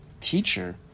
teacher